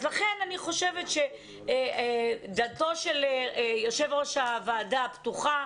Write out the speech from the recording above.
לכן אני חושבת שדלתו של יו"ר הוועדה פתוחה,